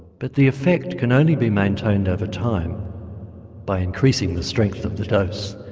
but the effect can only be maintained over time by increasing the strength of the dose.